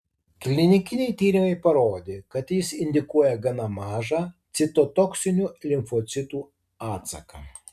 klinikiniai tyrimai parodė kad jis indukuoja gana mažą citotoksinių limfocitų atsaką